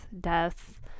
death